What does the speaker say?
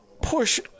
push